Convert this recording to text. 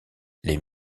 les